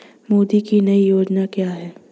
मोदी की नई योजना क्या है?